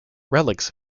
relics